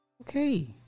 okay